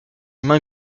main